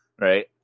right